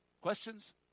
Questions